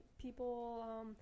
people